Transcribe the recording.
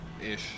ish